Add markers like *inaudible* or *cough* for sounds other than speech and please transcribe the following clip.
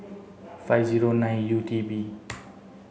five zero nine U T B *noise*